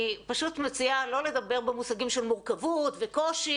פשוט מציעה לא לדבר במושגים של מורכבות וקושי,